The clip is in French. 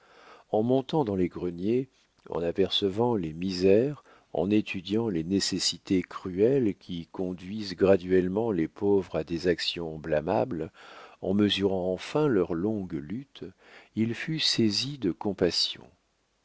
en montant dans les greniers en apercevant les misères en étudiant les nécessités cruelles qui conduisent graduellement les pauvres à des actions blâmables en mesurant enfin leurs longues luttes il fut saisi de compassion